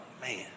man